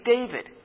David